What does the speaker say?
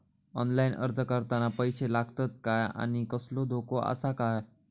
Online अर्ज करताना पैशे लागतत काय आनी कसलो धोको आसा काय?